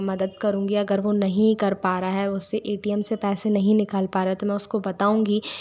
मदद करूंगी अगर वो नहीं कर पा रहा है उसे ए टी एम से पैसे नहीं निकाल पा रहा है तो मैं उसको बताऊँगी